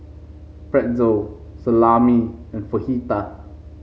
Pretzel Salami and Fajitas